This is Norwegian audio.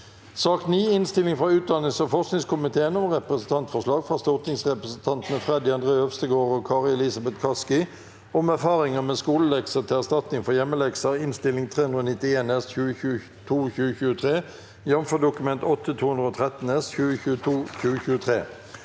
10. Innstilling fra utdannings- og forskningskomiteen om Representantforslag fra stortingsrepresentantene Freddy André Øvstegård og Kari Elisabeth Kaski om erfaringer med skolelekser til erstatning for hjemmelekser (Innst. 391 S (2022–2023), jf. Dokument 8:213 S (2022–2023))